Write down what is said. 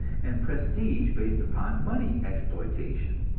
and prestige based upon money exploitation.